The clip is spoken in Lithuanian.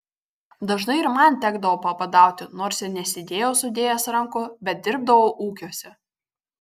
dažnai ir man tekdavo pabadauti nors ir nesėdėjau sudėjęs rankų bet dirbdavau ūkiuose